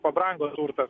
pabrango turtas